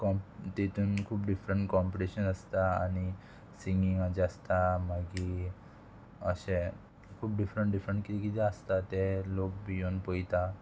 कॉम्प तेतून खूब different competition आसता आनी सिंगींगाचें आसता मागीर अशें खूब डिफरंट डिफरंट कितें कितें आसता ते लोक बी येवन पळयता